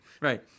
right